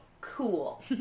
cool